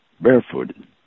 barefooted